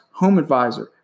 HomeAdvisor